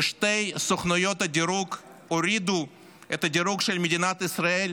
ושתי סוכנויות הדירוג הורידו את הדירוג של מדינת ישראל,